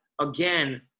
again